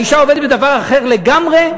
האישה עובדת בדבר אחר לגמרי,